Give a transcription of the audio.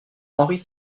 henri